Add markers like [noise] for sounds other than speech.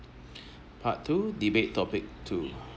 [breath] part two debate topic two